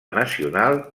nacional